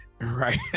Right